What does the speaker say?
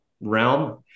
realm